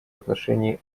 отношении